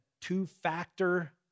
two-factor